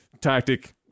tactic